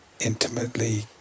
intimately